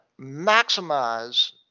maximize